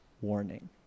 warning